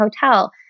hotel